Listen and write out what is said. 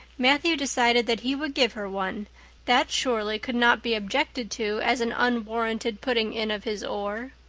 matthew decided that he would give her one that surely could not be objected to as an unwarranted putting in of his oar.